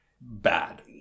bad